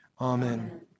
Amen